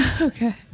Okay